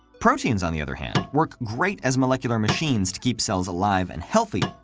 proteins, on the other hand, work great as molecular machines to keep cells alive and healthy,